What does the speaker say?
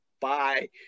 Bye